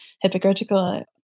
hypocritical